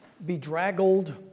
bedraggled